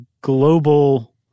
global